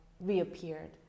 reappeared